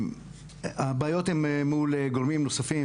הבעיות הן מול גורמים נוספים,